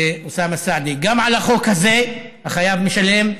לאוסאמה סעדי, גם על החוק הזה, החייב משלם,